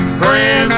friends